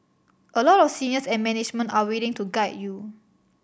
a lot of seniors and management are willing to guide you